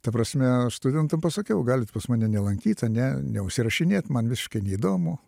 ta prasme aš studentam pasakiau galit pas mane nelankyt ane neužsirašinėt man visiškai neįdomu